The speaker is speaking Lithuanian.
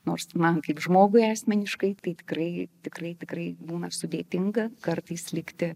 nors man kaip žmogui asmeniškai tai tikrai tikrai tikrai būna sudėtinga kartais likti